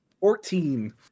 Fourteen